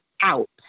out